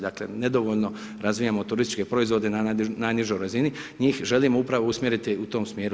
Dakle, nedovoljno razvijamo turističke proizvode na najnižoj razini, njih želimo upravo usmjeriti u tom smjeru.